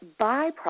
byproducts